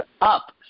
up